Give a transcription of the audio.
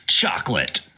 chocolate